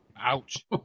Ouch